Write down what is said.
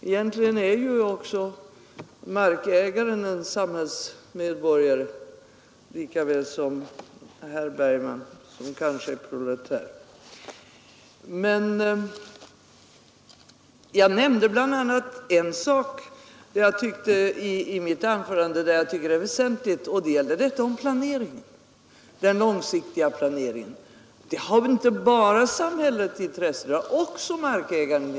Egentligen är ju också markägaren en samhällsmedborgare lika väl som herr Bergman, som kanske är proletär. Jag nämnde bl.a. en sak i mitt anförande som jag tycker är väsentlig. Det är den långsiktiga planeringen. Det har väl inte bara samhället intresse av utan även markägaren.